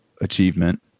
achievement